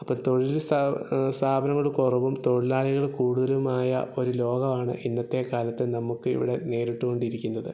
അപ്പോൾ തൊഴിൽ സ്ഥാപനങ്ങൾ കുറവും തൊഴിലാളികൾ കൂടുതലുമായ ഒരു ലോകം ആണ് ഇന്നത്തെക്കാലത്ത് നമുക്ക് ഇവിടെ നേരിട്ടു കൊണ്ടിരിക്കുന്നത്